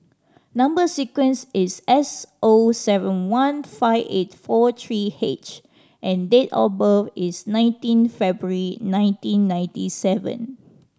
number sequence is S O seven one five eight four three H and date of birth is nineteen February nineteen ninety seven